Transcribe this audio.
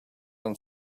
and